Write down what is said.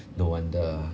no wonder